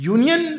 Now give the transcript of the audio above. Union